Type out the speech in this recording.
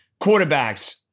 Quarterbacks